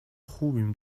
خوبیم